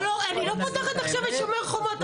לא, לא, אני לא פותחת עכשיו את שומר חומות.